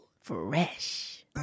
Fresh